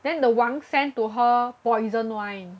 then the 王 sent to her poison wine